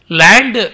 land